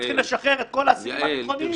אנחנו צריכים לשחרר את כל האסירים הביטחוניים,